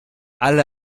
alle